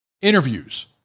interviews